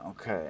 Okay